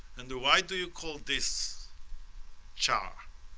and why do you call this char?